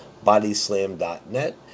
BodySlam.net